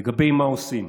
לגבי מה עושים.